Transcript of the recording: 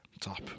top